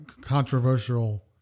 controversial